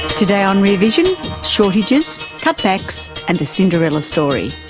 today on rear vision shortages, cutbacks and the cinderella story.